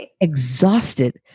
exhausted